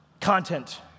Content